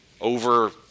over